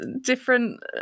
different